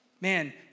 man